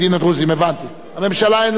היא משאירה את זה לשיקול דעת הכנסת?